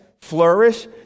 flourish